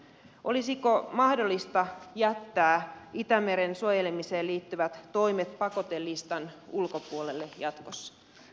olisiko mahdollista jättää itämeren suojelemiseen liittyvät toimet pakotelistan ulkopuolelle jatkossa